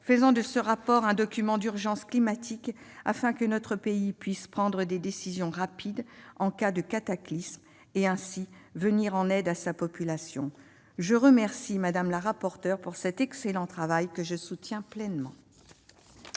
faisons de ce rapport un document d'urgence climatique afin que notre pays puisse prendre des décisions rapides, en cas de cataclysme, et ainsi venir en aide à sa population. Je remercie Mme la rapporteure de son excellent travail, que je soutiens pleinement.